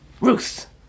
Ruth